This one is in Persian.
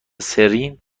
سرین